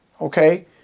Okay